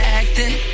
acting